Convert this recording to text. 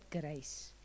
grace